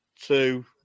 two